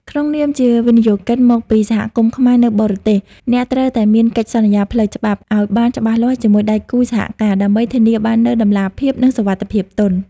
ក្នុងនាមជាវិនិយោគិនមកពី សហគមន៍ខ្មែរនៅបរទេស អ្នកត្រូវតែមាន កិច្ចសន្យាផ្លូវច្បាប់ ឱ្យបានច្បាស់លាស់ជាមួយដៃគូសហការ ដើម្បីធានាបាននូវតម្លាភាព និងសុវត្ថិភាពទុន